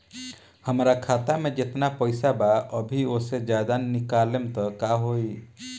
हमरा खाता मे जेतना पईसा बा अभीओसे ज्यादा निकालेम त का होई?